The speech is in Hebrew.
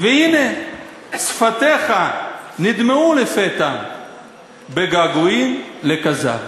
והנה, שפתיך נדמו לפתע בגעגועים לכזב".